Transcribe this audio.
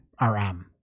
RM